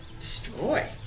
Destroy